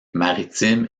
maritime